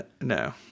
No